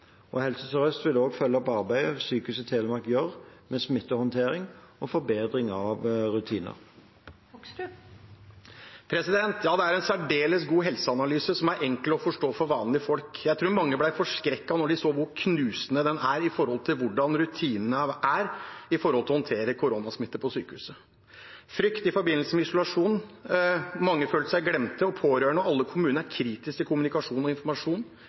Helse Sør-Øst vil følge opp arbeidet Sykehuset Telemark gjør med smittehåndtering og forbedring av rutiner. Ja, det er en særdeles god helseanalyse som er enkel å forstå for vanlige folk. Jeg tror mange ble forskrekket da de så hvor knusende den er når det gjelder rutinene for å håndtere koronasmitte på sykehuset: frykt i forbindelse med isolasjon, mange følte seg glemt, og pårørende og alle i kommunen er kritiske til kommunikasjon og informasjon